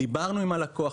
דיברנו עם הלקוח,